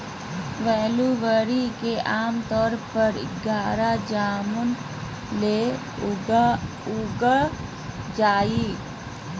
blueberry के आमतौर पर गहरा जामुन ले उगाल जा हइ